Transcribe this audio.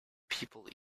people